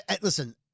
Listen